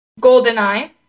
GoldenEye